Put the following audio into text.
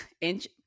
inch